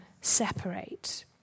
separate